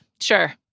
Sure